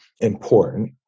important